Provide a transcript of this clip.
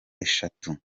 eshatu